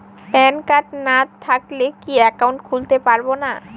Pan card না থাকলে কি একাউন্ট খুলতে পারবো না?